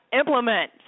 implement